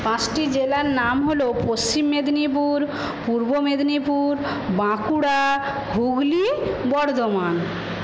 পাঁচটি জেলার নাম হল পশ্চিম মেদিনীপুর পূর্ব মেদিনীপুর বাঁকুড়া হুগলী বর্ধমান